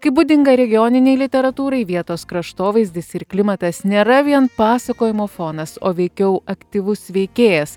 kaip būdinga regioninei literatūrai vietos kraštovaizdis ir klimatas nėra vien pasakojimo fonas o veikiau aktyvus veikėjas